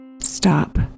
stop